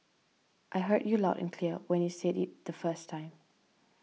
I heard you loud and clear when you said it the first time